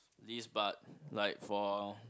list but like for